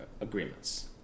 agreements